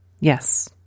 yes